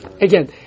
Again